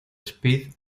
speed